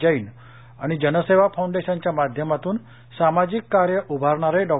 जैन आणि जनसेवा फाउंडेशनच्या माध्यमातून सामाजिक कार्य उभारणारे डॉ